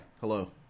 hello